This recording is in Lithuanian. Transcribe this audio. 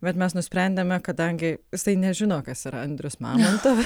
bet mes nusprendėme kadangi jisai nežino kas yra andrius mamonto